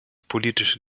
politische